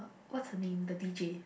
what's her name the D_J